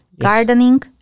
gardening